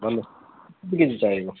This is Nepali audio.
भन्नु कति केजी चाहिएको